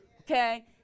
Okay